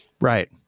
Right